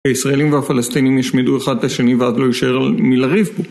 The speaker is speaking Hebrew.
הישראלים והפלסטינים ישמידו אחד את השני ועד לא יישאר (עם) מי לריב פה